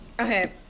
Okay